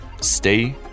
stay